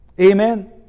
Amen